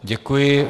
Děkuji.